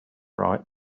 right